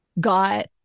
got